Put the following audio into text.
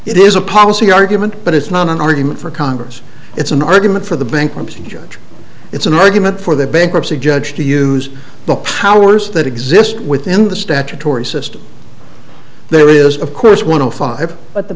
it is a policy argument but it's not an argument for congress it's an argument for the bankruptcy judge it's an argument for the bankruptcy judge to use the powers that exist within the statutory system there is of course one to five but the